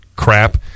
crap